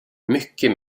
mycket